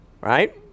Right